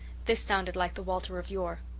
this sounded like the walter of yore.